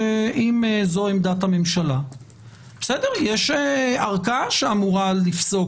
שזאת עמדת הממשלה יש ערכאה שאמורה לפסוק